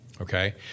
Okay